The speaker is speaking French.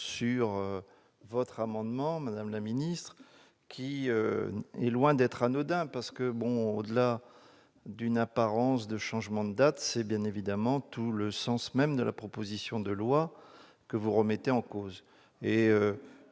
sur votre amendement, qui est loin d'être anodin. Au-delà d'une apparence de changement de date, c'est bien évidemment le sens même de la proposition de loi que vous remettez en cause.